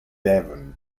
devon